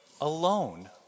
alone